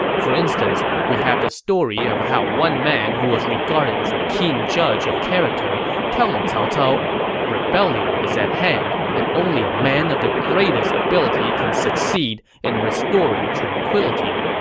for instance, we have the story of how one man who was regarded as a keen judge of character telling cao cao rebellion is at hand, and only a man of the greatest ability can succeed in restoring tranquillity.